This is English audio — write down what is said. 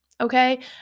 Okay